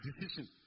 decision